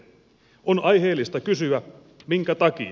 on aiheellista kysyä minkä takia